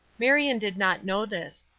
marion did not know this,